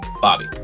Bobby